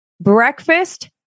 Breakfast